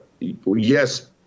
yes